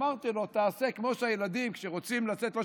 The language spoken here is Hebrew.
אמרתי לו: תעשה כמו הילדים כשהם רוצים לצאת לבלות,